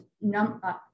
number